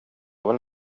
väl